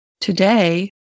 Today